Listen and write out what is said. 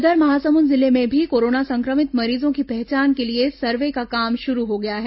उधर महासमुंद जिले में भी कोरोना संक्रमित मरीजों की पहचान के लिए सर्वे का काम शुरू हो गया है